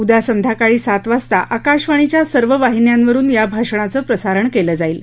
उद्या संध्याकाळी सात वाजता आकाशवाणीच्या सर्व वाहिन्यांवरून या भाषणाचं प्रसारण केलं जाईल